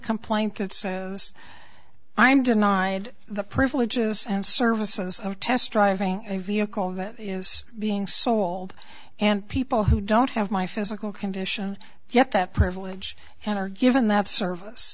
complaint that says i'm denied the privileges and services of test driving a vehicle that is being sold and people who don't have my physical condition yet that privilege and are given that service